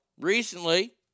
recently